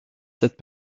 cette